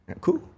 Cool